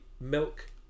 milk